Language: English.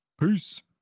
Peace